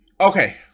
Okay